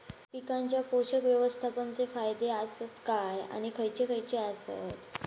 पीकांच्या पोषक व्यवस्थापन चे फायदे आसत काय आणि खैयचे खैयचे आसत?